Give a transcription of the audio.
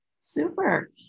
Super